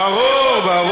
ברור, ברור.